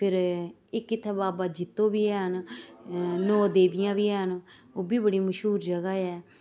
फिर इक इ'त्थें बाबा जित्तो बी हैन नो देवियां बी हैन ओह्बी बड़ा मशहूर जगह् ऐ